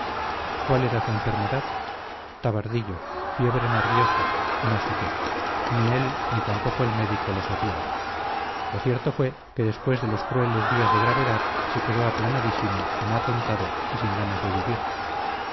cuál era su enfermedad tabardillo fiebre nerviosa no sé qué ni él ni tampoco el médico lo sabían lo cierto fue que después de los crueles días de gravedad se quedó aplanadísimo como atontado y sin ganas de vivir